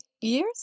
years